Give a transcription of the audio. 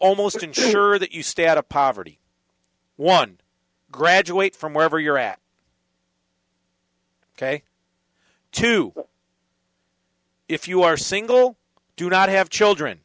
almost ensure that you stay out of poverty one graduate from wherever you're at ok two if you are single do not have children